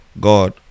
God